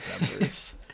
numbers